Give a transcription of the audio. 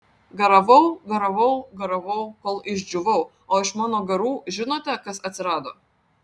garavau garavau garavau kol išdžiūvau o iš mano garų žinote kas atsirado